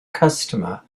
customer